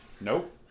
Nope